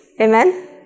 Amen